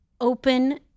open